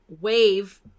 wave